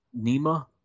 NEMA